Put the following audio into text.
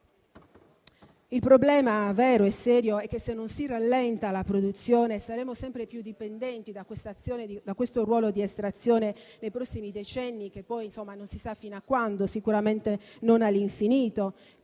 Il problema vero e serio è che, se non si rallenta la produzione, saremo sempre più dipendenti dal ruolo di estrazione nei prossimi decenni - poi non si sa fino a quando, ma sicuramente non all'infinito